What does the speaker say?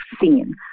seen